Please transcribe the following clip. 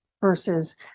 versus